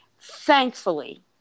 Thankfully